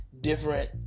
different